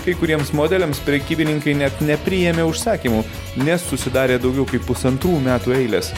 kai kuriems modeliams prekybininkai net nepriėmė užsakymų nes susidarė daugiau kaip pusantrų metų eilės